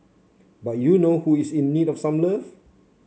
but you know who is in need of some love